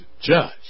judge